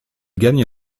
gagne